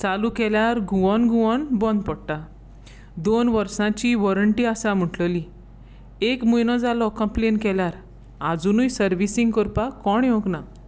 चालू केल्यार घुंवन घुंवन बंद पडटा दोन वर्सांची वॉरंटी आसा म्हणिल्ली एक म्हयनो जालो कंप्लेन केल्यार आजुनूय सर्विसींग करपाक कोण येवंक ना